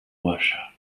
russia